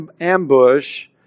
ambush